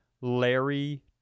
Larry